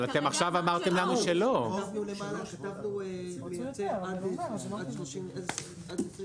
עכשיו עוברים לסעיף 67. מי בעד סעיף